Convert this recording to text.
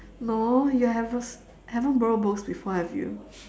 no you have a haven't borrow books before have you